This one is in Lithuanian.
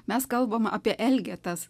mes kalbam apie elgetas